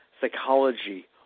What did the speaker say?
psychology